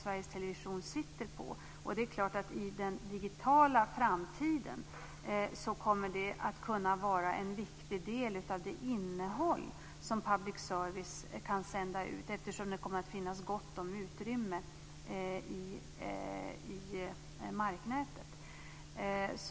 Sveriges Television sitter ju på en guldgruva. I den digitala framtiden kommer det att vara en viktig del av det innehåll som public service kan sända ut, eftersom det kommer att finnas gott om utrymme i marknätet.